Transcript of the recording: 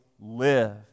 live